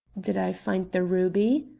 did i find the ruby?